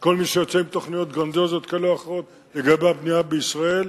כל מי שיוצא עם תוכניות גרנדיוזיות כאלה ואחרות לגבי הבנייה בישראל,